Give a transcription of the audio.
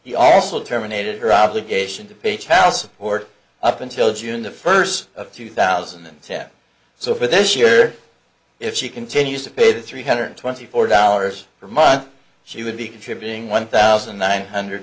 he also terminated her obligation to pay child support up until june the first of two thousand and ten so for this year if she continues to pay three hundred twenty four dollars a month she would be contributing one thousand nine hundred